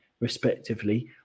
respectively